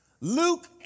Luke